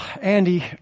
Andy